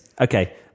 okay